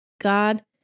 God